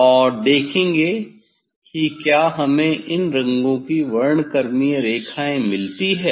और देखेंगे कि क्या हमें इन रंगों की वर्णक्रमीय रेखाएँ मिलती है